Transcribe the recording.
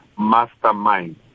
mastermind